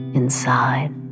inside